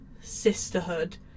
sisterhood